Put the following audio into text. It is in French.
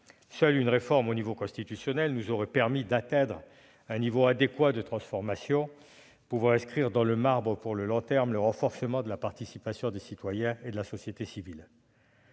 Seule une réforme constitutionnelle nous aurait permis d'atteindre un niveau adéquat de transformation, pouvant inscrire dans le marbre pour le long terme le renforcement de la participation des citoyens et de la société civile.